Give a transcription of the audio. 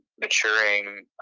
maturing